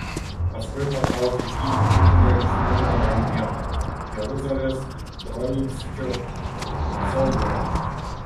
paskui patraukė į itin reikšmingą jam vietą jeruzalės troickio soborą